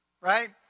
Right